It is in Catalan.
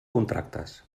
contractes